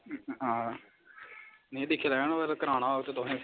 में दिक्खना अगर कराना होग तुसें